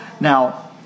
Now